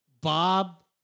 Bob